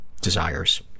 desires